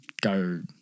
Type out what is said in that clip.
go